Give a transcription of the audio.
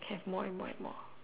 have more and more and more